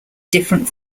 different